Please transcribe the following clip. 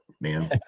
man